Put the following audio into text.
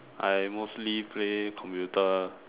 I mostly play computer